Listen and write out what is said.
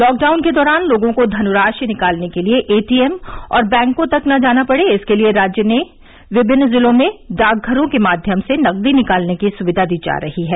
lockdown के दौरान लोगों को धनराशि निकालने के लिए एटीएम और बैंकों तक न जाना पड़े इसके लिए राज्य के विभिन्न जिलों में डाकघरों के माध्यम से नकदी निकालने की सुविधा दी जा रही है